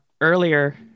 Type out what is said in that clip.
earlier